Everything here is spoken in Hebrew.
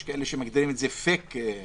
יש כאלה שמגדירים את זה "פייק סגר".